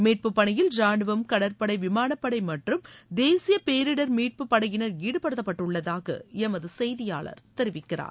மீட்பு பணியில் ராணுவம் கடற்படை விமானப் படை மற்றும் தேசிய பேரிடர் மீட்பு படையினர் ஈடுபடுத்தப்பட்டுள்ளதாக எமது செய்தியாளர் தெரிவிக்கிறார்